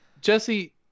Jesse